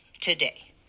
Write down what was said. today